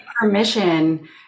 permission